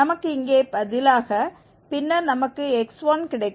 நமக்கு இங்கே பதிலாக பின்னர் நமக்கு x1 கிடைக்கும்